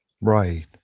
Right